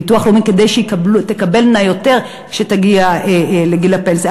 בעניין הביטוח הלאומי כדי שהן תקבלנה יותר כשתגענה לגיל הפנסיה.